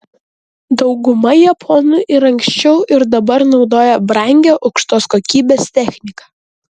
dauguma japonų ir anksčiau ir dabar naudoja brangią aukštos kokybės techniką